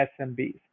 SMBs